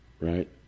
right